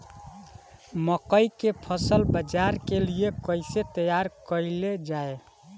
मकई के फसल बाजार के लिए कइसे तैयार कईले जाए?